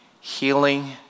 healing